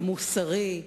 המוסרי.